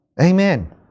Amen